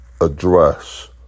address